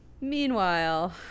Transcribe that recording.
meanwhile